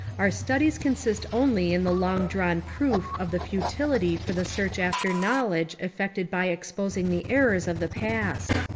our studies consist only in the long drawn proof of the futility for the search after knowledge effected by exposing the errors of the past.